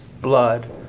blood